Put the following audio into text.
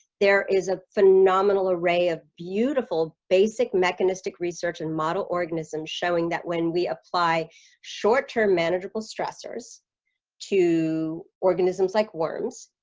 there is a phenomenal array of beautiful basic mechanistic research and model organisms showing that when we apply short term manageable stressors to organisms like worms,